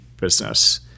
business